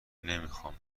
نمیخوام